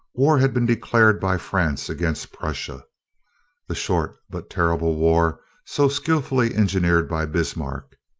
war had been declared by france against prussia the short but terrible war so skilfully engineered by bismarck.